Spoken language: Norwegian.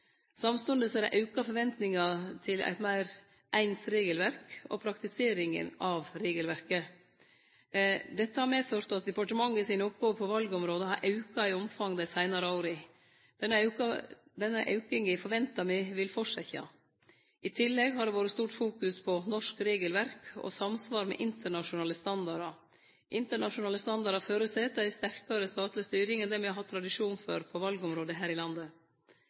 Samstundes er det auka forventningar til eit meir eins regelverk, og praktiseringa av regelverket. Dette har medført at departementet sine oppgåver på valområdet har auka i omfang dei seinare åra. Denne auken ventar me vil fortsetje. I tillegg har det vore stort fokus på norsk regelverk og samsvar med internasjonale standardar. Internasjonale standardar føreset ei sterkare statleg styring enn det me har hatt tradisjon for på valområdet her i landet.